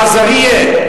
בעזריה?